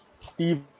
Steve